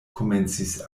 komencis